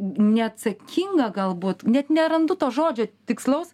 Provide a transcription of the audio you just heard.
neatsakinga galbūt net nerandu to žodžio tikslaus